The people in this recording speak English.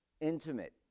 intimate